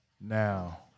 now